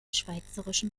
schweizerischen